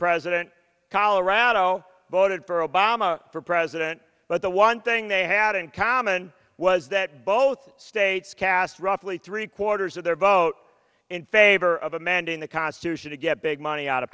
president colorado voted for obama for president but the one thing they had in common was that both states cast roughly three quarters of their vote in favor of a man doing the constitution to get big money out of